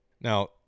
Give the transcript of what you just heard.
Now